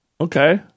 Okay